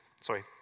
Sorry